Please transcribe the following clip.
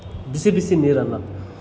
ಬಿಸಿ ಬಿಸಿ ನೀರನ್ನು